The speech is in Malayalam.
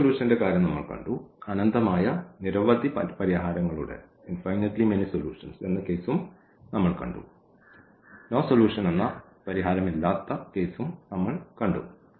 യൂണിക് സൊല്യൂഷന്റെ കാര്യം നമ്മൾ കണ്ടു അനന്തമായ നിരവധി പരിഹാരങ്ങളുടെ കാര്യം നമ്മൾ കണ്ടു പരിഹാരമില്ലാത്ത കേസ് നമ്മൾ കണ്ടു